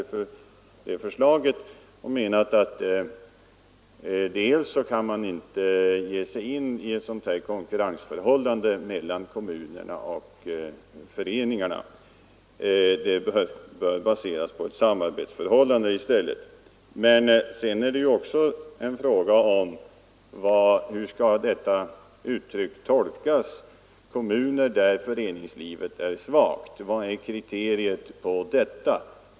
Vi har inte ansett oss kunna medverka till ett sådant konkurrensförhållande mellan kommunerna och föreningarna. Förhållandet dem emellan bör i stället vara baserat på samarbete. Vidare är det ju en fråga hur man skall tolka uttrycket ”områden där föreningslivet är svagt”. Vad är kriteriet på detta?